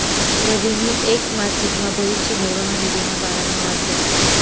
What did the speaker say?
रवीनी येक मासिकमा भविष्य निर्वाह निधीना बारामा वाचं